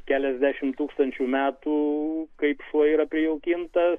keliasdešimt tūkstančių metų kaip šuo yra prijaukintas